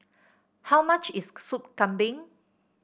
how much is Soup Kambing